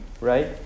right